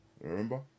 Remember